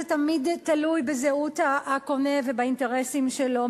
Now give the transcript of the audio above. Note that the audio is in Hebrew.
זה תמיד תלוי בזהות הקונה ובאינטרסים שלו,